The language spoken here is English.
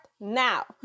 now